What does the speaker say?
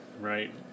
right